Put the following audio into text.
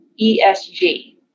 ESG